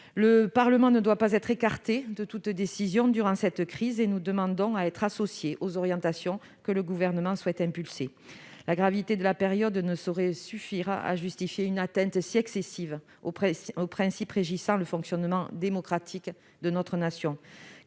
Le Parlement ne doit pas être écarté de toute décision durant cette crise et nous demandons à être associés aux orientations que le Gouvernement souhaite impulser. La gravité de la période ne saurait suffire à justifier une atteinte si excessive aux principes régissant le fonctionnement démocratique de notre nation.